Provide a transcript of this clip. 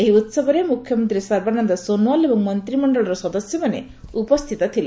ଏହି ଉହବରେ ମୁଖ୍ୟମନ୍ତ୍ରୀ ସର୍ବାନନ୍ଦ ସୋନ୍ୱାଲ୍ ଏବଂ ମନ୍ତିମଣ୍ଡଳର ସଦସ୍ୟମାନେ ଉପସ୍ଥିତ ଥିଲେ